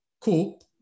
cool